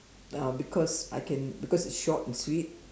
uh because I can because it's short and sweet